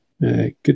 Good